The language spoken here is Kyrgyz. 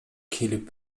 келип